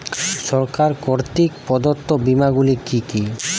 সরকার কর্তৃক প্রদত্ত বিমা গুলি কি কি?